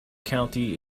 county